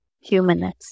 humanness